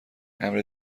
امر